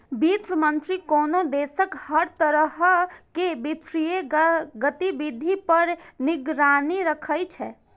वित्त मंत्री कोनो देशक हर तरह के वित्तीय गतिविधि पर निगरानी राखै छै